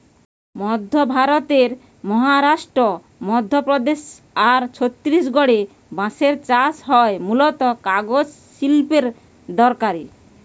মধ্য ভারতের মহারাষ্ট্র, মধ্যপ্রদেশ আর ছত্তিশগড়ে বাঁশের চাষ হয় মূলতঃ কাগজ শিল্পের দরকারে